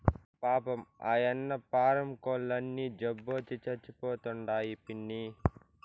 పాపం, ఆయన్న పారం కోల్లన్నీ జబ్బొచ్చి సచ్చిపోతండాయి పిన్నీ